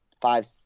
five